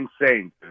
Insane